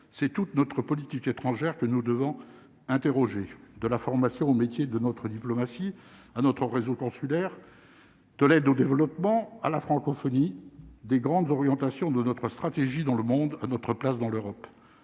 C'est toute notre politique étrangère que nous devons interroger de la formation aux métiers de notre diplomatie à notre réseau consulaire de l'aide au développement à la francophonie, des grandes orientations de notre stratégie dans le monde à notre place dans l'Europe,